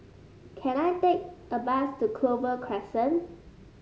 can I take a bus to Clover Crescent